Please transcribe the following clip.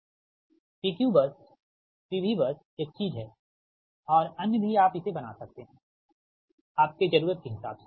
PQ bus PV bus एक चीज है और अन्य भी आप इसे बना सकते हैं ठीक आपके ज़रूरत के हिसाब से